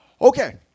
Okay